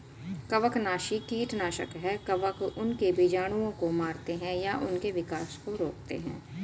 कवकनाशी कीटनाशक है कवक उनके बीजाणुओं को मारते है या उनके विकास को रोकते है